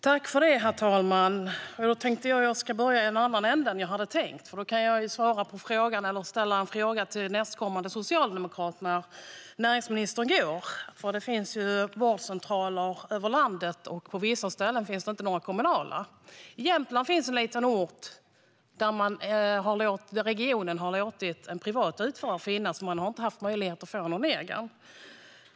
Herr talman! Jag vill börja i en annan ände än vad jag hade tänkt. Jag vill ställa en fråga till nästkommande socialdemokrat när nu näringsministern går. Det finns vårdcentraler i hela landet, men på vissa ställen finns det inga kommunala. I Jämtland finns en liten ort där regionen har låtit en privat utförare etablera sig. Man har inte haft möjlighet att få en egen.